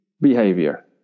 behavior